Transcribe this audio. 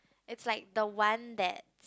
it's like the one that's